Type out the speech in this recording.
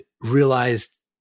realized